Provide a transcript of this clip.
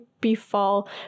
befall